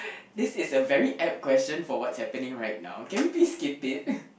this is a very apt question for whats happening right now can we please skip it